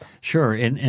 Sure